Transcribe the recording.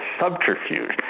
subterfuge